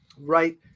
right